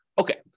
Okay